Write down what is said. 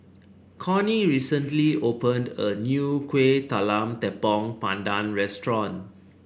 Connie recently opened a new Kuih Talam Tepong Pandan Restaurant